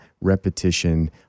repetition